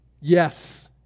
yes